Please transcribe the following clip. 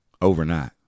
overnight